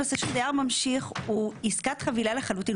הנושא של דייר ממשיך הוא עסקת חבילה לחלוטין,